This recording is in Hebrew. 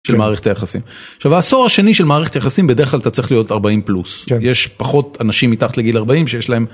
מערכת יחסים עכשיו העשור השני של מערכת יחסים בדרך כלל אתה צריך להיות 40 פלוס יש פחות אנשים מתחת לגיל 40 שיש להם.